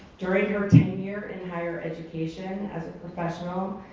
during her tenure in higher education as a professional,